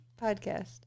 podcast